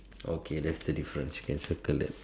okay that's the difference you can circle that